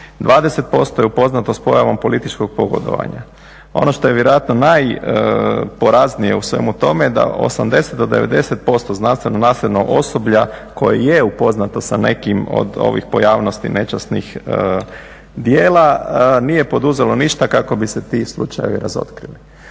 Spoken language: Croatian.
20% je upoznato s pojavom političkom pogodovanja. Ono što je vjerojatno najporaznije u svemu tome, da 80 do 90% znanstveno-nastavnog osoblja koje je upoznato sa nekim od ovih pojavnosti nečasnih djela nije poduzelo ništa kako bi se ti slučajevi razotkrili.